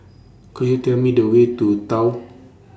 Could YOU Tell Me The Way to Tao